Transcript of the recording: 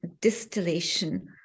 distillation